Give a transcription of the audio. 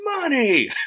money